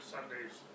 Sundays